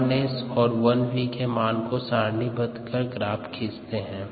1S और 1V के मान को सारणीबद्ध कर ग्राफ खींचते हैं